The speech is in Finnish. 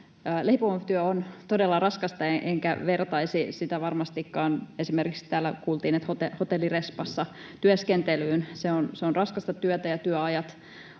Leipomotyö on todella raskasta, enkä vertaisi sitä varmastikaan esimerkiksi täällä kuultuun hotellin respassa työskentelyyn. Se on raskasta työtä, työajat